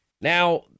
Now